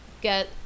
get